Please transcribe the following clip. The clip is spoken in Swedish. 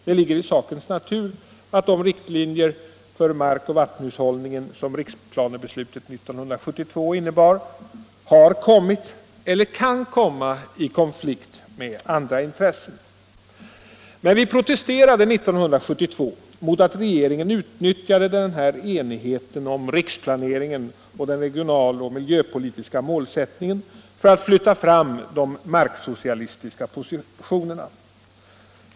Det ligger i sakens natur att de riktlinjer för markoch vattenhushållning som riksplanebeslutet 1972 innebar har kommit eller kan komma i konflikt med andra intressen. Men vi protesterade 1972 mot att regeringen utnyttjade denna enighet om riksplaneringen och den regionaloch miljöpolitiska målsättningen för att flytta fram de marksocialistiska positionerna.